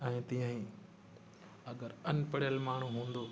ऐं तीअं ई अगरि अनपढ़ियलु माण्हूं हूंदो